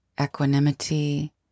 equanimity